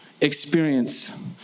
experience